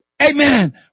amen